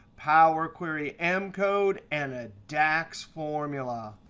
power query m code, and a dax formula.